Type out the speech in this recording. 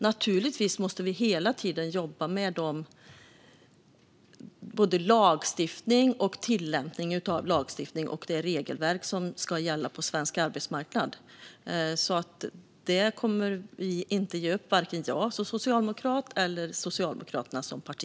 Naturligtvis måste vi hela tiden jobba med både lagstiftning och tillämpning av lagstiftning och det regelverk som ska gälla på svensk arbetsmarknad. Det kommer vi inte att ge upp, varken jag som socialdemokrat eller Socialdemokraterna som parti.